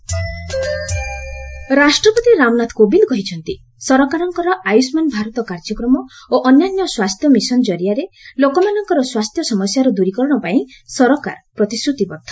president health ରାଷ୍ଟ୍ରପତି ରାମନାଥ କୋବିନ୍ଦ କହିଛନ୍ତି ସରକାରଙ୍କର ଆୟଷ୍କାନ ଭାରତ କାର୍ଯ୍ୟକ୍ରମ ଓ ଅନ୍ୟାନ୍ୟ ସ୍ୱାସ୍ଥ୍ୟ ମିଶନ୍ କରିଆରେ ଲୋକମାନଙ୍କର ସ୍ୱାସ୍ଥ୍ୟ ସମସ୍ୟାର ଦୂରୀକରଣ ପାଇଁ ସରକାର ପ୍ରତିଶ୍ରତିବଦ୍ଧ